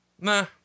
Nah